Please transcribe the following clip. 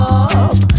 up